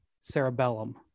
cerebellum